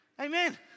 Amen